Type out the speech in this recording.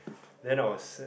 then I was